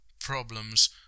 problems